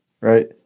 right